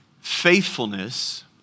faithfulness